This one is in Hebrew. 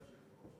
גברתי היושבת-ראש.